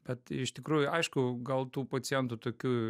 bet iš tikrųjų aišku gal tų pacientų tokių